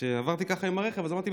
עברתי ככה עם הרכב, ואמרתי: